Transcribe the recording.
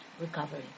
recovery